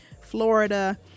Florida